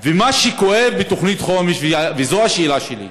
מה שכואב בתוכנית החומש, וזו השאלה שלי,